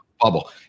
bubble